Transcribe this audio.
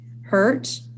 hurt